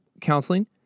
counseling